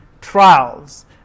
Trials